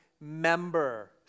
member